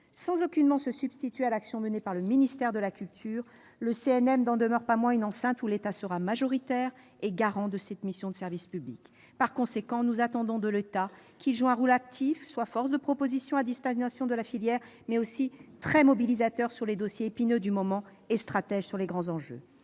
Sans aucunement se substituer à l'action menée par le ministère de la culture, le CNM n'en demeure pas moins une enceinte où l'État sera majoritaire et garant de cette mission de service public. Par conséquent, nous attendons de l'État qu'il joue un rôle actif, qu'il soit force de propositions à destination de la filière, mais aussi très mobilisateur sur les dossiers épineux du moment et stratège sur les grands enjeux.